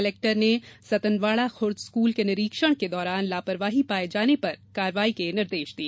collector ने Satanwara Khurd school के निरीक्षण के दौरान लापरवाही पाये जाने पर कार्रवाई के निर्देश दिए